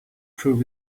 prove